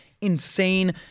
insane